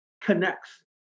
connects